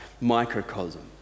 microcosm